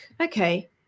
okay